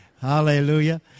Hallelujah